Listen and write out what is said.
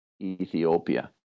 Ethiopia